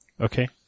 Okay